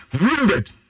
wounded